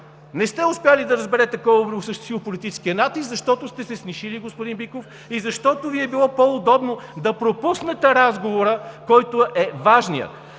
Не сте успели да разберете кой е осъществил политическия натиск, защото сте се снишили, господин Биков, и защото Ви е било по-удобно да пропуснете разговора, който е важният!